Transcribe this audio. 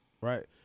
Right